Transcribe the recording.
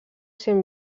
sent